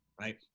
right